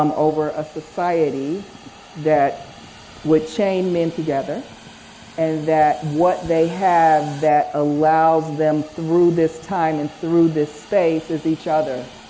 um over a society that would chain men together and that what they have that allows them through this time and through this space as each other.